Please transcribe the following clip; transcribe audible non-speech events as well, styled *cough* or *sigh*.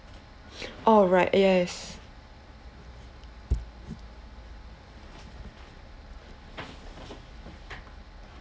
*breath* orh right yes